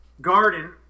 garden